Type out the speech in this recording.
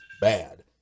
bad